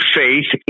faith